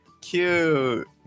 cute